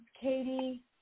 Katie